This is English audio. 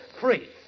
free